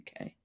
UK